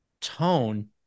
tone